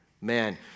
man